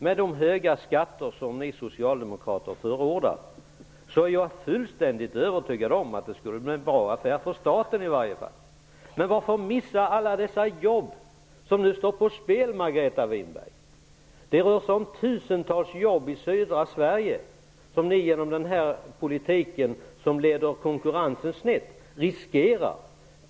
Med de höga skatter som ni socialdemokrater förordar är jag helt övertygad om att det åtminstone skulle bli en bra affär för staten. Varför missa alla de jobb som nu står på spel, Margareta Winberg? Det rör sig om tusentals jobb i södra Sverige, som ni riskerar genom den här politiken som snedvrider konkurrensen.